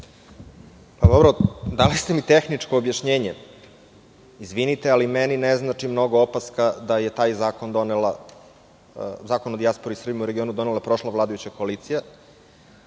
Đurić** Dali ste mi tehničko objašnjenje. Izvinite, ali meni ne znači mnogo opaska da je Zakon o dijaspori i Srbima u regionu donela prošla vladajuća koalicija.